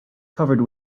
covered